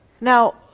Now